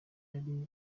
yari